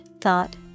thought